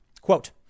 Quote